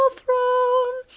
throne